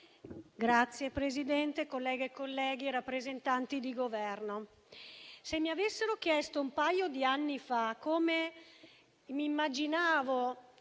Signor Presidente, colleghe e colleghi, rappresentanti di Governo, se mi avessero chiesto un paio di anni fa come mi immaginavo